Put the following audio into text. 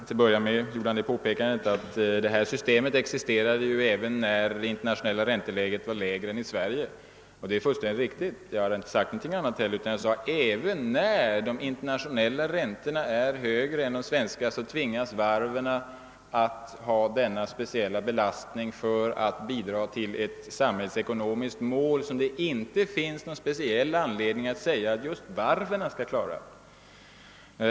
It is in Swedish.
Till att börja med påpekade han att systemet även existerade när det internationella ränteläget var lägre än i Sverige. Det är fullständigt riktigt och jag har inte heller sagt någonting annat. Jag sade att även när de internationella räntorna är högre än de svenska tvingas varven att ha denna speciella belastning för att bidra till ett samhällsekonomiskt mål, som det inte finns någon särskild anledning att just varven skall klara.